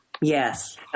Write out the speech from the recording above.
Yes